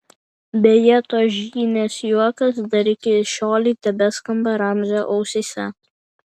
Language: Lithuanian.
beje tos žynės juokas dar iki šiolei tebeskamba ramzio ausyse